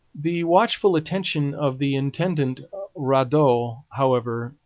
the watchful attention of the intendant raudot, however,